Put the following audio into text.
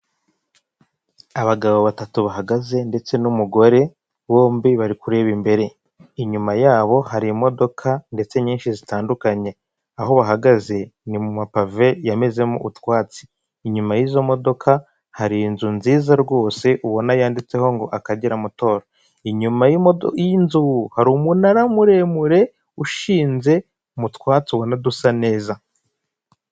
Abagabo batatu bahagaze ndetse n'umugore bombi bari kureba imbere, inyuma yabo hari imodoka ndetse nyinshi zitandukanye aho bahagaze ni mu mapave yamezemo utwatsi, inyuma y'izo modoka hari inzu nziza rwose ubona yanditseho ngo Akagera motoru, inyuma y'imodoka y'inzu hari umunara muremure ushinze mu twatsi ubona dusa neza.